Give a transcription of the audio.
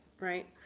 Right